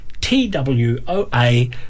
T-W-O-A